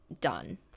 done